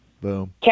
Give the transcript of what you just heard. Boom